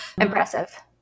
impressive